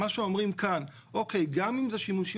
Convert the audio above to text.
מה שאומרים כאן הוא שגם אם זה שימושים